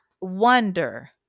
wonder